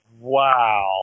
Wow